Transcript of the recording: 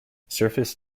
surface